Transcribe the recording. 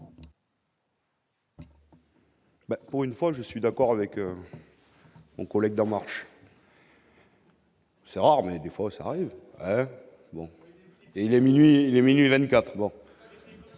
Pour une fois je suis d'accord avec mon collègue d'en marche. C'est rare, mais des fois ça arrive. Il est minuit,